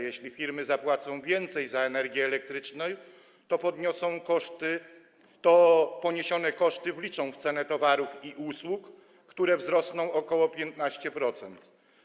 Jeśli firmy zapłacą więcej za energię elektryczną, to poniesione koszty wliczą w cenę towarów i usług, które wzrosną o ok. 15%.